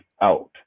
out